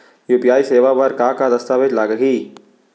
UPI सेवा बर का का दस्तावेज लागही?